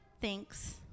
Thanks